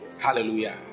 Hallelujah